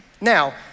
Now